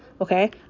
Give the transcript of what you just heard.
okay